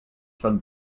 from